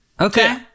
Okay